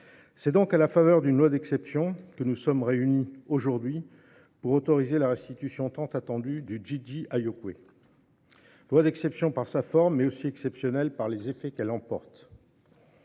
C'est donc à la faveur d'une loi d'exception que nous sommes réunis aujourd'hui pour autoriser la restitution tant attendue du Didi à Yokuei. Loi d'exception par sa forme, mais aussi exceptionnelle par les effets qu'elle emporte.